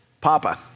Papa